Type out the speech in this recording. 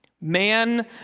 Man